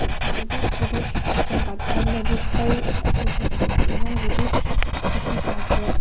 ꯑꯩꯒꯤ ꯋꯥꯈꯜꯗꯗꯤ ꯍꯥꯏꯗꯤ ꯍꯛꯁꯦꯜ ꯀꯥꯠ ꯄꯥꯏꯕꯅꯗꯤ ꯐꯩ ꯑꯗꯣ ꯑꯩꯈꯣꯏ ꯏꯃꯨꯡꯒꯤꯗꯤ ꯍꯛꯁꯦꯜ ꯀꯥꯠꯁꯦ